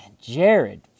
Jared